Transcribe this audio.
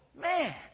man